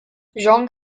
jong